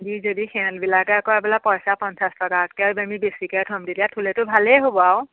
দি যদি সেহেঁতবিলাকে কয় বোলে পইচা পঞ্চাছ টকাতকৈ আমি বেছিকে থ'ম তেতিয়া থ'লেটো ভালেই হ'ব আৰু